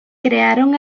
crearon